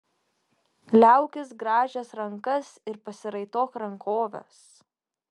liaukis grąžęs rankas ir pasiraitok rankoves